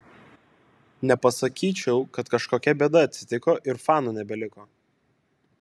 nepasakyčiau kad kažkokia bėda atsitiko ir fanų nebeliko